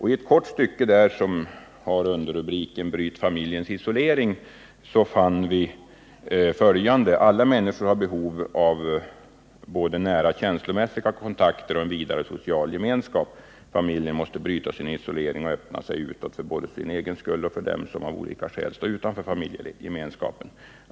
I ett kort stycke med underrubriken ”Bryt familjens isolering!” fann vi följande: ”Alla människor har behov av både nära känslomässiga kontakter och en vidare social gemenskap. Familjen måste bryta sin isolering och öppna sig utåt både för sin egen skull och för alla dem som av olika skäl står utanför familjegemenskap.